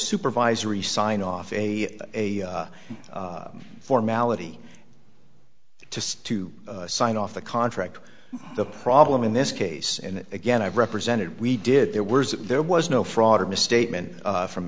supervisory sign off a formality to to sign off the contract the problem in this case and again i've represented we did there were there was no fraud or misstatement from